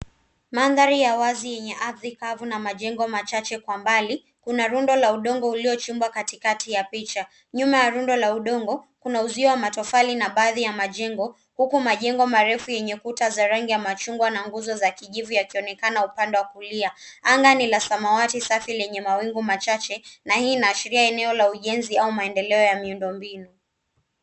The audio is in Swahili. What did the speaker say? Mandhari ya wazi yenye ardhi kavu na majengo machache kwa mbali. Kuna rundo la udongo uliochimbwa katikati ya picha. Nyuma ya rundo la udongo, kuna uzio wa matofali na baadhi ya majengo, huku majengo marefu yenye kuta za rangi ya machungwa na nguzoza kijivu yakionekana upande wa kulia. Anga ni la samawati safi lenye mawingu machache na hii inaashiria eneo la ujenzi au maendeleo ya miundombinu.